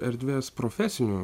erdves profesiniu